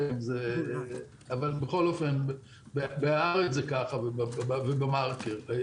נכון, אבל בכל אופן ב"הארץ" וב"דה מרקר" זה ככה.